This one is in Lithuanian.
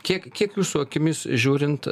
kiek kiek jūsų akimis žiūrint